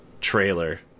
trailer